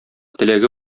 теләге